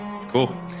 Cool